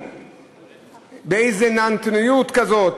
באיזו נהנתנות כזאת.